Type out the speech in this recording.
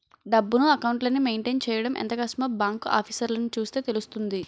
డబ్బును, అకౌంట్లని మెయింటైన్ చెయ్యడం ఎంత కష్టమో బాంకు ఆఫీసర్లని చూస్తే తెలుస్తుంది